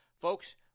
Folks